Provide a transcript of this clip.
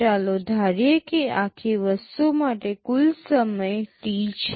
ચાલો ધારીએ કે આખી વસ્તુ માટે જરૂરી કુલ સમય T છે